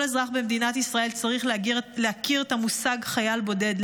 כל אזרח במדינת ישראל צריך להכיר את המושג חייל בודד,